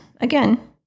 again